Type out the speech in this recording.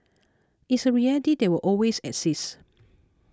it's a reality that will always exist